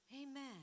Amen